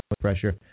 pressure